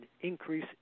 increase